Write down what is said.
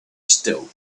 still